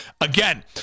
Again